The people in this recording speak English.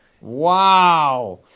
Wow